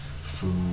food